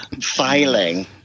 filing